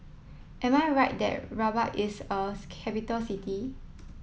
am I right there Rabat is a capital city